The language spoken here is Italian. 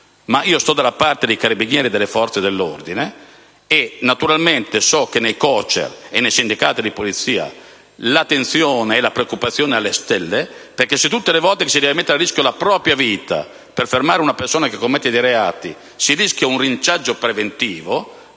ma sto dalla parte dei carabinieri e di tutte le forze dell'ordine. Naturalmente so che nei COCER e nei sindacati di polizia la tensione e la preoccupazione sono davvero alle stelle, perché se tutte le volte che si mette a rischio la propria vita per fermare una persona che commette reati si rischia un linciaggio preventivo,